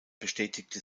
betätigte